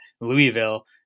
Louisville